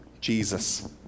Jesus